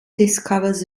discovers